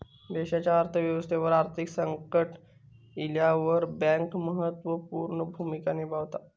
देशाच्या अर्थ व्यवस्थेवर आर्थिक संकट इल्यावर बँक महत्त्व पूर्ण भूमिका निभावता